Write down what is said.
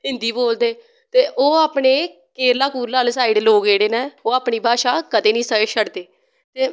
हिन्दी बोलदे ते ओह् अपने केरला कूरला आह्ली साईड़ लोग जेह्ड़े नै ओह् अपनी भाशा कदें ना शड्डदे ते